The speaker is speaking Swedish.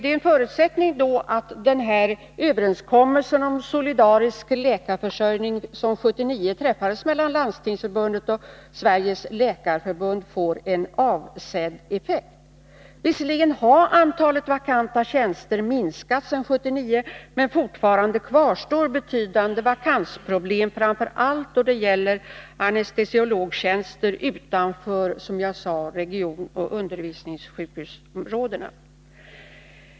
En förutsättning är då att den överenskommelse om solidarisk läkarförsörjning som 1979 träffades mellan Landstingsförbundet och Sveriges läkarförbund får avsedd effekt. Visserligen har antalet vakanta tjänster minskat sedan 1979, men fortfarande kvarstår betydande vakansproblem, framför allt då det gäller, som jag sade, anestesiologtjänster utanför regionoch undervisningsområdena.